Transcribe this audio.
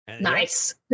Nice